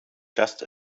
just